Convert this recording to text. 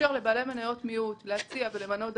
לבעלי מניות מיעוט להציע ולמנות דח"צים,